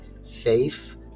safe